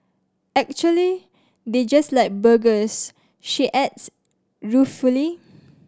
actually they just like burgers she adds ruefully